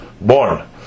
born